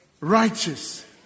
righteous